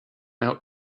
out